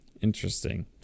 interesting